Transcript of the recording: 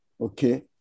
Okay